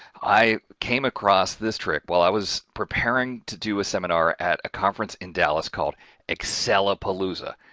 i came across this trick while i was preparing to do a seminar at a conference in dallas called excelapalooza,